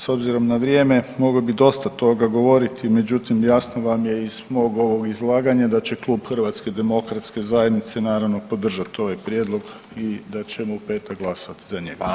S obzirom na vrijeme mogli bi dosta toga govoriti, međutim jasno vam je iz mog ovog izlaganja da će klub HDZ-a naravno podržat ovaj prijedlog i da ćemo u petak glasovat za njega.